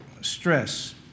stress